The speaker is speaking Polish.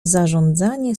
zarządzanie